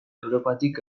europatik